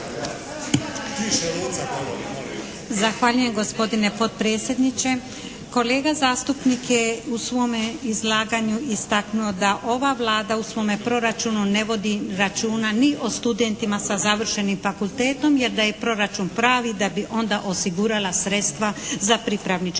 Zahvaljujem gospodine potpredsjedniče. Kolega zastupnik je u svome izlaganju istaknuo da ova Vlada u svome proračunu ne vodi računa ni o studentima sa završenim fakultetom jer da je proračun pravi da bi onda osigurala sredstva za pripravnički